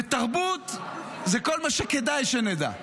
ותרבות זה כל מה שכדאי שנדע.